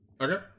okay